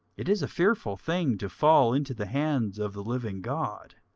it is a fearful thing to fall into the hands of the living god.